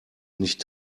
nicht